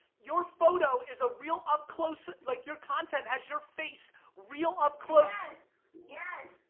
your photo is a real up-close, like, your content has your face real up-close, yes!